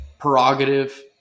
prerogative